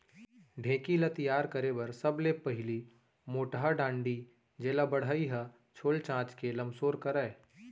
ढेंकी ल तियार करे बर सबले पहिली मोटहा डांड़ी जेला बढ़ई ह छोल चांच के लमसोर करय